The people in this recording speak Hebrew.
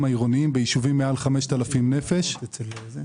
ביישובים העירוניים מעל 5,000 נפש בכל הארץ.